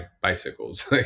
bicycles